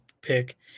pick